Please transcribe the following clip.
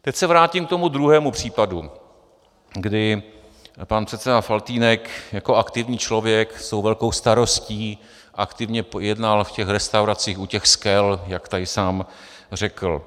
Teď se vrátím k tomu druhému případu, kdy pan předseda Faltýnek jako aktivní člověk s tou velkou starostí aktivně jednal v těch restauracích u těch skel, jak tady sám řekl.